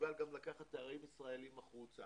מסוגל גם לקחת תיירים ישראלים החוצה.